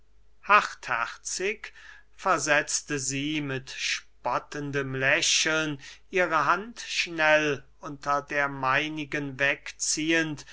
hartherzig versetzte sie mit spottendem lächeln ihre hand schnell unter der meinigen wegziehend